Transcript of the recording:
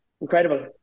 incredible